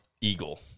eagle